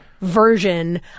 Version